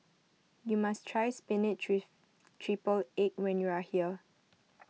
you must try Spinach with Triple Egg when you are here